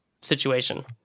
situation